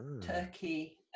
Turkey